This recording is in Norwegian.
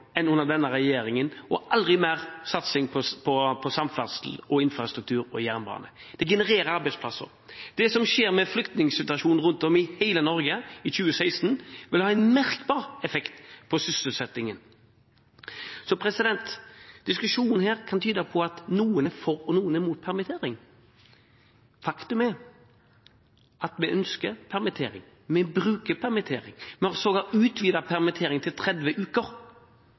enn under denne regjeringen, og det har aldri før vært mer satsing på samferdsel, infrastruktur og jernbane. Det genererer arbeidsplasser. Det som skjer med flyktningsituasjonen rundt omkring i hele Norge i 2016, vil ha en merkbar effekt på sysselsettingen. Diskusjonen her kan tyde på at noen er for og noen er imot permittering, men faktum er at vi ønsker permittering, og vi bruker permittering. Vi har sågar utvidet permitteringen til 30 uker,